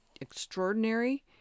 extraordinary